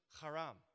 haram